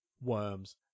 worms